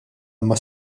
imma